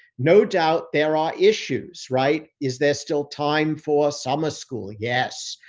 no doubt there are issues, right. is there still time for summer school? yes.